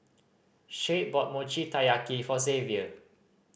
Shade bought Mochi Taiyaki for Xavier